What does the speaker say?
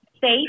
safe